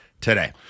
today